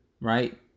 Right